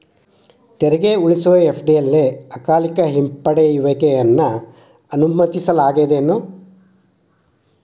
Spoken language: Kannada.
ತೆರಿಗೆ ಉಳಿಸುವ ಎಫ.ಡಿ ಅಲ್ಲೆ ಅಕಾಲಿಕ ಹಿಂಪಡೆಯುವಿಕೆಯನ್ನ ಅನುಮತಿಸಲಾಗೇದೆನು?